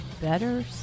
better